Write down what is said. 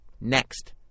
next